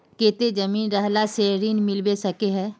केते जमीन रहला से ऋण मिलबे सके है?